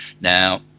Now